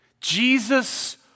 Jesus